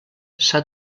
s’ha